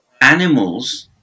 animals